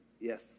yes